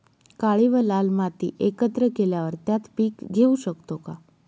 काळी व लाल माती एकत्र केल्यावर त्यात पीक घेऊ शकतो का?